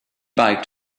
biked